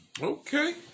Okay